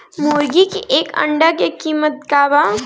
मुर्गी के एक अंडा के कीमत का बा?